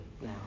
now